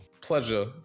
Pleasure